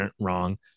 wrong